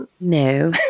No